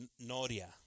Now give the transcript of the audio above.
Noria